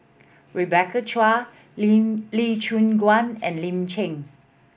Rebecca Chua Lin Lee Choon Guan and Lin Chen